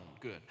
good